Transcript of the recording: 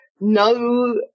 no